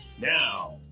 Now